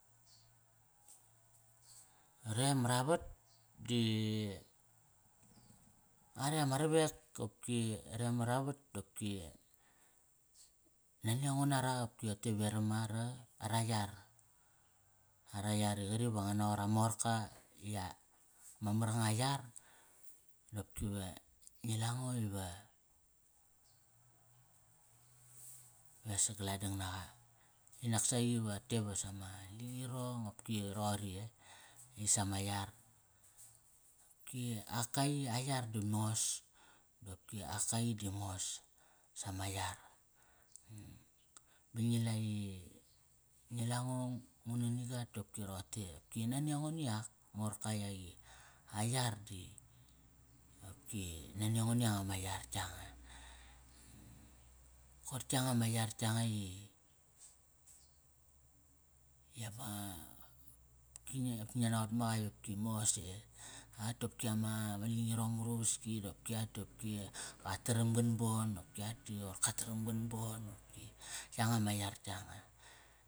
Re maravat di are ama ravek kopki re maravat dopki nani ango nara opki rote veram ara, ara yar. Ara yar i qari va ngan naqot amorka ia, ma mar nga a yar dopki va ngi la ngo iva ve sagal adang naqa. Dinak saqi va te va sama lingirong opki roqori eh? Di sama yar. Dopki ak kai, a yar di mos. Di opki ak kai di mos sama yar. Ba ngi la i ngi la ngo ngu na nagak dopki roqote, ki nania ngo ni yak morka yak i o yar di nania ngo ni yanga ma yar yanga. Koir yanga ma yar yanga i, i ama opki ngi, opki ngia naqot ma qa i opki mos eh? Ak dopki ama, ma lingirong mar uvaski, dopki ak dopki qa taram gan bon, dopki ak da qoir ka taram gan bon qopki. Yanga ma yar yanga.